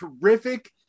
terrific